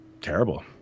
terrible